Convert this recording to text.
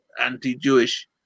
anti-Jewish